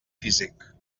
físic